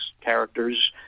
characters